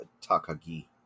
Takagi